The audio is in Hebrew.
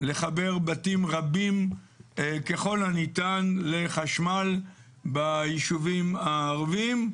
לחבר בתים רבים ככל הניתן לחשמל ביישובים הערבים.